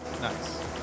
Nice